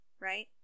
right